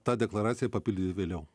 tą deklaraciją papildyti vėliau